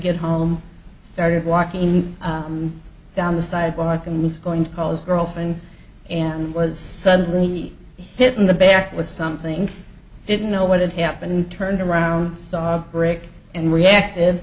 get home started walking down the sidewalk and was going to call his girlfriend and was suddenly hit in the back with something didn't know what had happened and turned around saw a brick and react